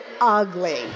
ugly